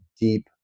deep